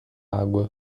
água